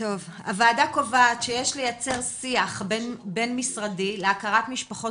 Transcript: הוועדה קובעת שיש לייצר שיח בין-משרדי להכרת משפחות